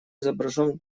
изображен